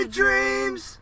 dreams